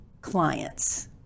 clients